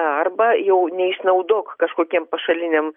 arba jau neišnaudok kažkokiem pašaliniam